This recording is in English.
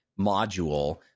module